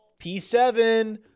P7